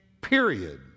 period